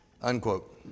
unquote